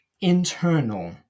internal